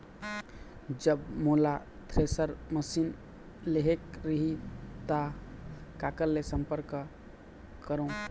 जब मोला thresher machine लेहेक रही ता काकर ले संपर्क करों?